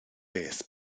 beth